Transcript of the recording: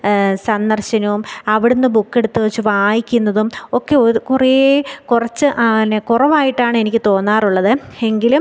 സന്ദർശ്ശനവും അവിടുന്ന് ബുക്ക് എടുത്ത് വെച്ച് വായിക്കുന്നതും ഒക്കെ ഒരു കുറേ കുറച്ച് പിന്നെ കുറവായിട്ടാണ് എനിക്ക് തോന്നാറുള്ളത് എങ്കിലും